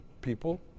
people